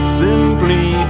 simply